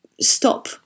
stop